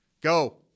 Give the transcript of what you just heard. Go